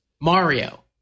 Mario